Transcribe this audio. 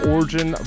Origin